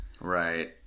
Right